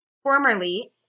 Formerly